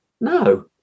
no